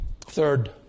Third